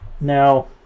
now